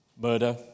Murder